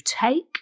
take